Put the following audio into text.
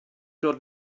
dod